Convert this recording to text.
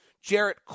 Jarrett